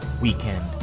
weekend